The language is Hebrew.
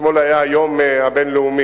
אתמול היה היום הבין-לאומי